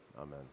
Amen